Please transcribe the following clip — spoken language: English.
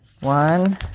One